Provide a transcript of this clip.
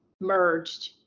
merged